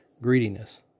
greediness